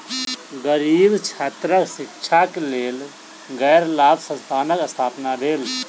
गरीब छात्रक शिक्षाक लेल गैर लाभ संस्थानक स्थापना भेल